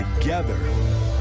together